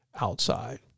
outside